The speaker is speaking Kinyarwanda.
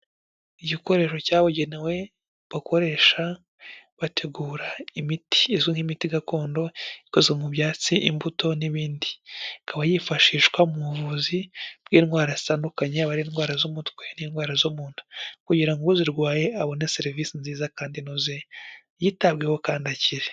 igikoresho cyabugenewe bakoresha bategura imiti izwi nk'imiti gakondo ikozwe mu byatsi imbuto n'ibindi ikaba yifashishwa mu buvuzi bw'indwara zitandukanye haba indwara z'umutwe n'indwara zo mu nda kugira ngo uzirwaye abone serivisi nziza kandi inoze yitabweho kandida akire .